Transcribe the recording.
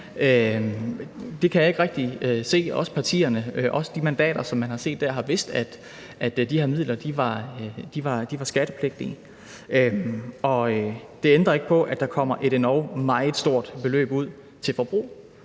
her kan jeg ikke rigtig se. Også de mandater, som man kan se der, har vidst, at de her midler var skattepligtige. Og det ændrer ikke på, at der kommer et endog meget stort beløb ud til forbrug,